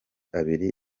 abiri